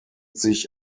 sich